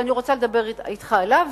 ואני רוצה לדבר אתך עליו,